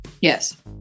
Yes